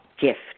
gift